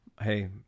hey